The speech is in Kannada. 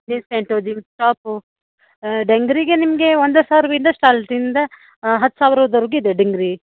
ಜೀನ್ಸ್ ಪ್ಯಾಂಟು ಜೀನ್ಸ್ ಟಾಪು ಡಂಗ್ರಿಗೆ ನಿಮಗೆ ಒಂದು ಸಾವಿರ್ದಿಂದ ಸ್ಯಾಲ್ದಿಂದ ಹತ್ತು ಸಾವ್ರ್ದವರೆಗೂ ಇದೆ ಡಂಗ್ರಿ